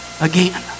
again